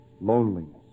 Loneliness